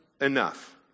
enough